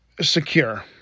secure